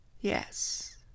Yes